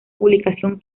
publicación